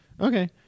Okay